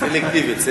סלקטיבית.